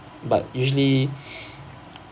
but usually